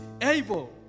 able